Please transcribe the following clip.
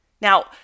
Now